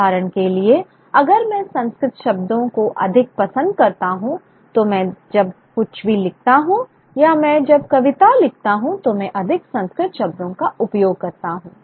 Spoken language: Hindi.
उदाहरण के लिए अगर मैं संस्कृत शब्दों को अधिक पसंद करता हूं तो मैं जब कुछ भी लिखता हूं या मैं जब कविता लिखता हूं तो मैं अधिक संस्कृत शब्दों का उपयोग करता हूं